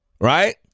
Right